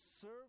serve